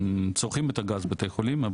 שצורכים את הגז בתי חולים,